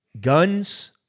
guns